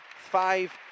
Five